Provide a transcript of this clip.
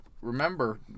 remember